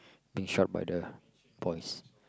being shout by the boys